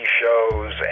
shows